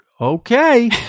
okay